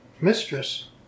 mistress